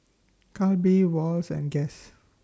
Calbee Wall's and Guess